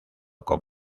con